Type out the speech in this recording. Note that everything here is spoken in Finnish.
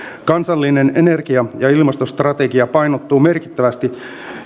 kansallinen energia ja ilmastostrategia painottuu merkittävästi